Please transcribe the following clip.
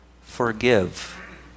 forgive